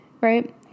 right